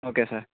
okay sir